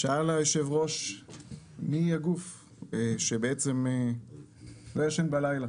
שאל יושב-הראש מי הגוף שבעצם לא ישן בלילה